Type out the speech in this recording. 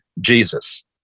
Jesus